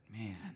Man